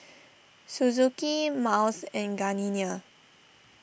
Suzuki Miles and Gardenia